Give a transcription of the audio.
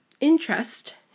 interest